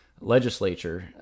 legislature